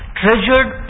treasured